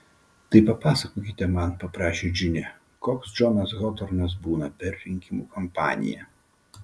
tai papasakokite man paprašė džinė koks džonas hotornas būna per rinkimų kampaniją